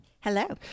Hello